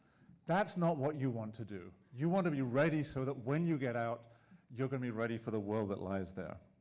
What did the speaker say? that's not what you want to do. you want to be ready, so that when you get out you're gonna be ready for the world that lies there.